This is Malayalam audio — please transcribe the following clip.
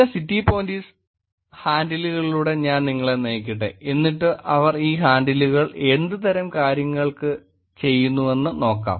ചില സിറ്റി പോലീസ് ഹാൻഡിലുകളിലൂടെ ഞാൻ നിങ്ങളെ നയിക്കട്ടെ എന്നിട്ട് അവർ ഈ ഹാൻഡിലുകളിൽ എന്തുതരം കാര്യങ്ങൾ ചെയ്യുന്നുവെന്ന് നോക്കാം